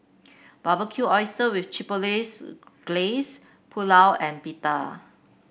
Barbecued Oyster with Chipotle laze Glaze Pulao and Pita